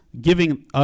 giving